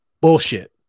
Bullshit